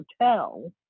hotel